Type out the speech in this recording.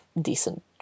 decent